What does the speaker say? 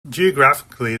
geographically